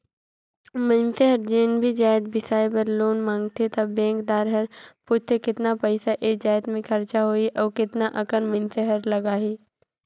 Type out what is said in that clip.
मइनसे हर जेन भी जाएत बिसाए बर लोन मांगथे त बेंकदार हर पूछथे केतना पइसा ए जाएत में खरचा होही अउ केतना अकन मइनसे हर लगाही